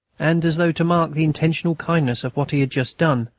and, as though to mark the intentional kindness of what he had just done,